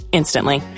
instantly